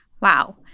Wow